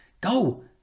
Go